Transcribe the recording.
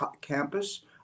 campus